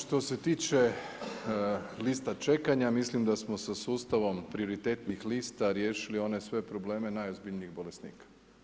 Što se tiče lista čekanja, mislim da smo sa sustavom prioritetnih lista riješili sve one svoje probleme najozbiljnijih bolesnika.